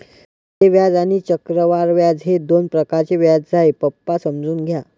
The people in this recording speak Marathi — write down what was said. साधे व्याज आणि चक्रवाढ व्याज हे दोन प्रकारचे व्याज आहे, पप्पा समजून घ्या